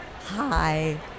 Hi